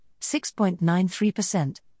6.93%